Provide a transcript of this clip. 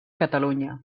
catalunya